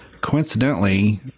Coincidentally